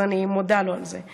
אז אני מודה לו על זה.